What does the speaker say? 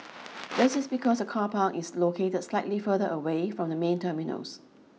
this is because the car park is located slightly further away from the main terminals